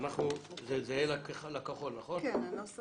שלמרות